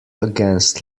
against